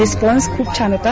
response खूप छान होता